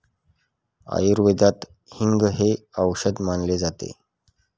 आयुर्वेदात हिंग हे औषध मानले जाते